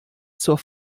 zur